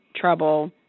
trouble